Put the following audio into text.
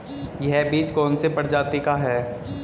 यह बीज कौन सी प्रजाति का है?